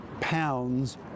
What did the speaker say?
pounds